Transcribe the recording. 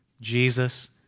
Jesus